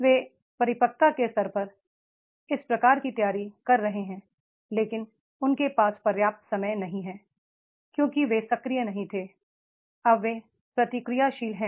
वे परिपक्वता के स्तर पर इस प्रकार की तैयारी कर रहे हैं लेकिन उनके पास पर्याप्त समय नहीं है क्योंकि वे सक्रिय नहीं थे अब वे प्रतिक्रियाशील हैं